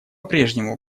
прежнему